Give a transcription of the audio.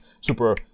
super